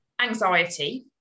anxiety